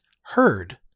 heard